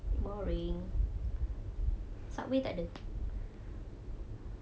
boring subway tak ada